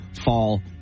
fall